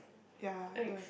ya the